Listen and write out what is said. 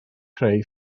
creu